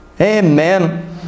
Amen